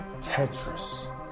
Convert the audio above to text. tetris